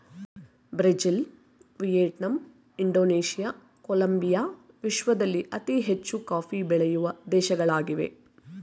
Brazil, Vietnam, Indonesia, Colombia ವಿಶ್ವದಲ್ಲಿ ಅತಿ ಹೆಚ್ಚು ಕಾಫಿ ಬೆಳೆಯೂ ದೇಶಗಳಾಗಿವೆ